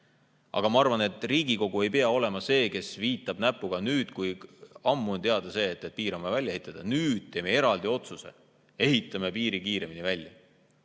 Aga ma arvan, et Riigikogu ei pea olema see, kes viitab näpuga: nüüd, kui ammu on teada see, et piir on vaja välja ehitada, nüüd teeme eraldi otsuse, ehitame piiri kiiremini välja.